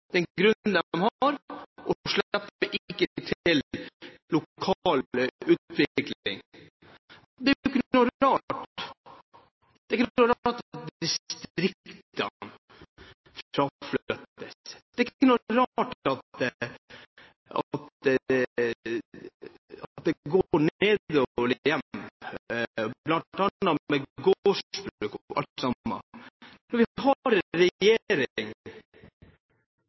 den grunnen de har, og slipper ikke til lokal utvikling. Det er jo ikke noe rart at distriktene fraflyttes, det er ikke noe rart at det går nedenom og hjem, bl.a. med gårdsbruk og alt sammen, når vi